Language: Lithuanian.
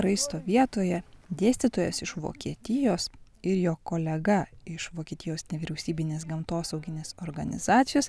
raisto vietoje dėstytojas iš vokietijos ir jo kolega iš vokietijos nevyriausybinės gamtosauginės organizacijos